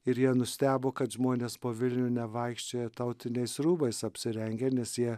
ir jie nustebo kad žmonės po vilnių nevaikščioja tautiniais rūbais apsirengę nes jie